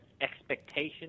expectation